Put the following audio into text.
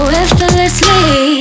effortlessly